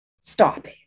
Stop